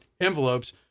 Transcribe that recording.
envelopes